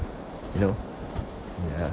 you know ya